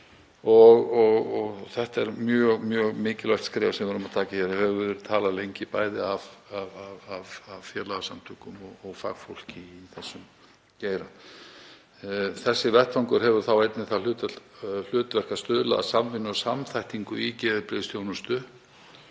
Þetta er mjög mikilvægt skref sem við erum að stíga hér og hefur verð talað um það lengi, bæði af félagasamtökum og fagfólki í þessum geira. Þessi vettvangur hefur þá einnig það hlutverk að stuðla að samvinnu og samþættingu í geðheilbrigðisþjónustu